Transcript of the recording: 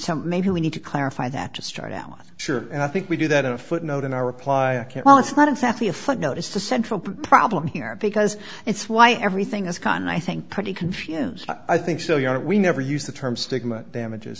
so maybe we need to clarify that to start out sure and i think we do that in a footnote in our reply well it's not exactly a footnote it's the central problem here because it's why everything is cut and i think pretty confused i think so you know we never use the term stigma damages